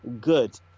good